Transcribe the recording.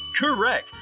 Correct